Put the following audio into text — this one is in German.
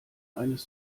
eines